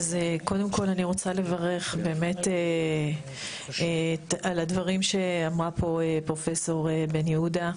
אז קודם כל אני רוצה לברך באמת על הדברים שאמרה פה פרופ' בן יהודה.